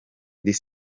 this